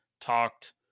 talked